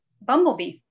bumblebee